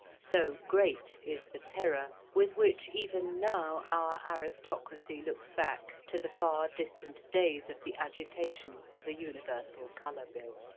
so great is the terror with which even now our aristocracy looks back to the far-distant days of the agitation for the universal colour bill.